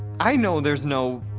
i know there's no.